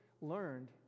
learned